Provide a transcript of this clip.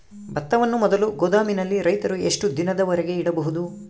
ಭತ್ತವನ್ನು ಮೊದಲು ಗೋದಾಮಿನಲ್ಲಿ ರೈತರು ಎಷ್ಟು ದಿನದವರೆಗೆ ಇಡಬಹುದು?